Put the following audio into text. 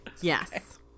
Yes